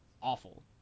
awful